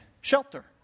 shelter